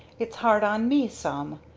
its hard on me some.